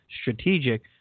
strategic